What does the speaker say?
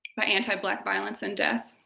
by anti-black violence and death.